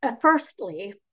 firstly